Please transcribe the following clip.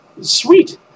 Sweet